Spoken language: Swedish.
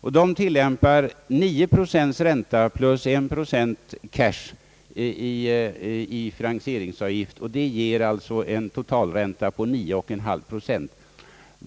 Dessa tillämpar 9 procents ränta plus 1 procent cash i finansieringsavgift. Det innebär en total ränta på 9,5 procent.